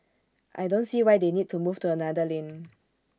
I don't see why they need to move to another lane